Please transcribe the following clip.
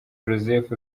joseph